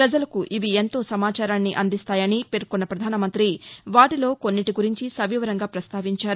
ప్రజలకు ఈ యాప్స్ ఎంతో సమాచారాన్ని అందిస్తాయని పేర్కొన్న పధాసమంతి వాటిలో కొన్నింటి గురించి సవివరంగా పస్తావించారు